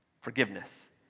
Forgiveness